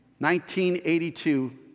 1982